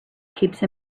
keeps